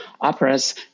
operas